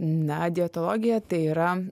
na dietologija tai yra